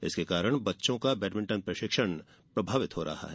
इसके कारण बच्चों का बेडमिंटन प्रशिक्षण प्रभावित हो रहा है